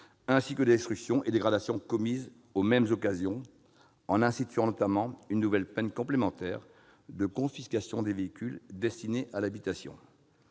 ainsi que des destructions et dégradations commises aux mêmes occasions, en instituant notamment une nouvelle peine complémentaire de confiscation des véhicules destinés à l'habitation.